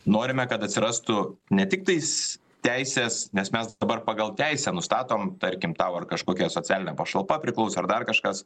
norime kad atsirastų ne tik tais teisės nes mes dabar pagal teisę nustatom tarkim tau ar kažkokia socialinė pašalpa priklauso ar dar kažkas